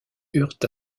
eurent